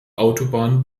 autobahn